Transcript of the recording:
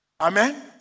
Amen